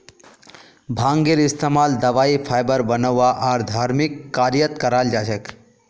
भांगेर इस्तमाल दवाई फाइबर बनव्वा आर धर्मिक कार्यत कराल जा छेक